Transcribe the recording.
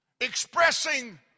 Expressing